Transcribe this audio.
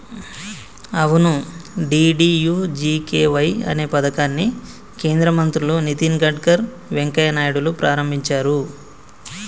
అవును డి.డి.యు.జి.కే.వై అనే పథకాన్ని కేంద్ర మంత్రులు నితిన్ గడ్కర్ వెంకయ్య నాయుడులు ప్రారంభించారు